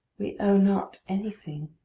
we owe not anything.